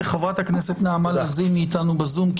האם חברת הכנסת נעמה לזימי איתנו בזום?